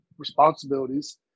responsibilities